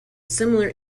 similar